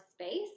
space